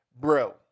Bro